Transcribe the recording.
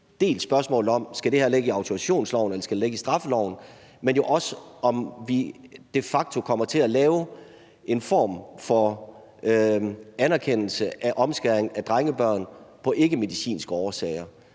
både spørgsmålet om, om det her skal ligge i autorisationsloven eller i straffeloven, men jo også, om vi de facto kommer til at lave en form for anerkendelse af omskæring af drengebørn af ikkemedicinske årsager.